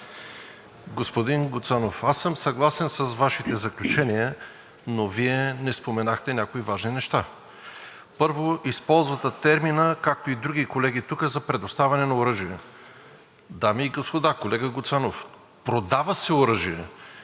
Първо, използвате термина, както и други колеги тук, за предоставяне на оръжия. Дами и господа, колега Гуцанов, продава се оръжие и Конгресът и Сенатът на Съединените американски щати наскоро ускориха този процес по искане на министъра на отбраната